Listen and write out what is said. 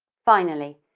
finally,